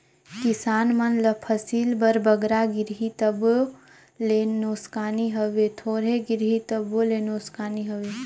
किसान मन ल फसिल बर बगरा गिरही तबो ले नोसकानी हवे, थोरहें गिरही तबो ले नोसकानी हवे